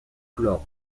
couleur